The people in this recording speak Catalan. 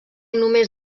només